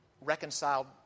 reconciled